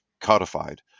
codified